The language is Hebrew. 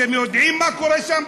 אתם יודעים מה קורה שם,